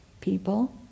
people